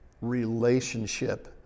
relationship